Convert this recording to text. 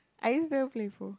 I used very playful